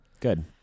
Good